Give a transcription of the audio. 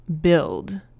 build